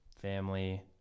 family